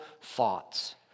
thoughts